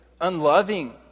unloving